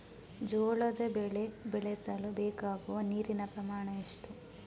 ಜೋಳದ ಬೆಳೆ ಬೆಳೆಸಲು ಬೇಕಾಗುವ ನೀರಿನ ಪ್ರಮಾಣ ಎಷ್ಟು?